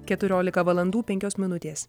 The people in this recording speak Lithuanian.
keturiolika valandų penkios minutės